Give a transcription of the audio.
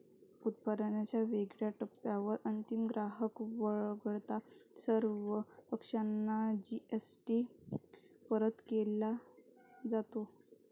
उत्पादनाच्या वेगवेगळ्या टप्प्यांवर अंतिम ग्राहक वगळता सर्व पक्षांना जी.एस.टी परत केला जातो